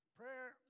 prayer